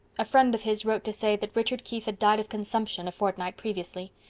a friend of his wrote to say that richard keith had died of consumption a fortnight previously.